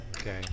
Okay